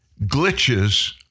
glitches